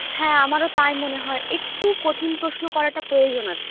হ্যাঁ আমারও তাই মনে হয় একটু কঠিন প্রশ্ন করাটা প্রয়োজন আছে